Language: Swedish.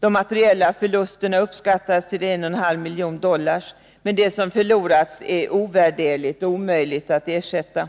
De materiella förlusterna uppskattades till 1,5 miljoner dollar. Men det som förlorats är ovärderligt och omöjligt att ersätta.